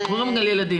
מדברים על ילדים.